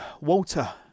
Walter